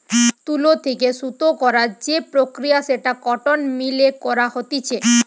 তুলো থেকে সুতো করার যে প্রক্রিয়া সেটা কটন মিল এ করা হতিছে